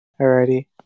Alrighty